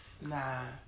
Nah